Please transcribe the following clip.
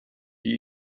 die